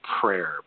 prayer